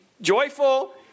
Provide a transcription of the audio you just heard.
joyful